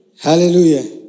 Hallelujah